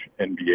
NBA